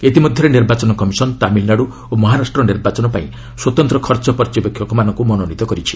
ଇତିମଧ୍ୟରେ ନିର୍ବାଚନ କମିଶନ୍ ତାମିଲ୍ନାଡ୍ର ଓ ମହାରାଷ୍ଟ୍ର ନିର୍ବାଚନ ପାଇଁ ସ୍ୱତନ୍ତ୍ର ଖର୍ଚ୍ଚ ପର୍ଯ୍ୟବେକ୍ଷକମାନଙ୍କୁ ମନୋନୀତ କରିଛି